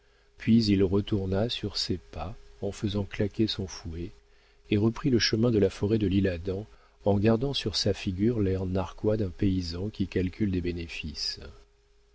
puis il retourna sur ses pas en faisant claquer son fouet et reprit le chemin de la forêt de l'isle-adam en gardant sur sa figure l'air narquois d'un paysan qui calcule des bénéfices